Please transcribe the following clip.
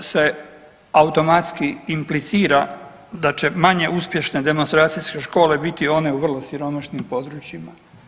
Zašto se automatski implicira da će manje uspješne demonstracijske škole biti one u vrlo siromašnim područjima?